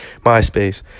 MySpace